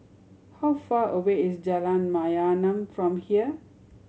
how far away is Jalan Mayaanam from here